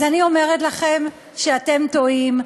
אז אני אומרת לכם שאתם טועים,